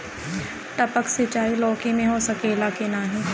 टपक सिंचाई लौकी में हो सकेला की नाही?